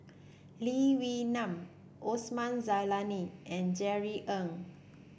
Lee Wee Nam Osman Zailani and Jerry Ng